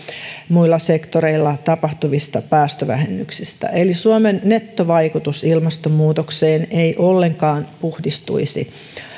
muilla sektoreilla tapahtuvista päästövähennyksistä eli suomen nettovaikutus ilmastonmuutokseen ei ollenkaan puhdistuisi